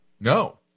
No